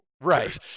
Right